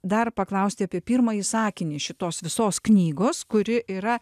dar paklausti apie pirmąjį sakinį šitos visos knygos kuri yra